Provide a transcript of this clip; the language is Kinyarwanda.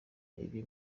iri